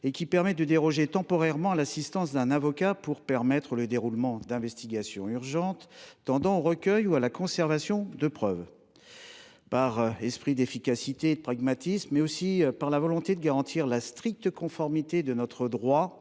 laquelle permet de déroger temporairement à l’assistance d’un avocat pour mener des investigations urgentes tendant au recueil ou à la conservation de preuves. Par esprit d’efficacité, par pragmatisme, mais aussi par volonté de garantir la stricte conformité de notre droit